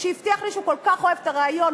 שהבטיח לי שהוא כל כך אוהב את הרעיון,